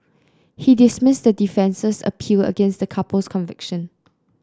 he dismissed the defence's appeal against the couple's conviction